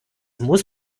muss